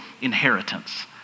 inheritance